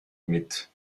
mit